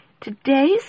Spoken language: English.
today's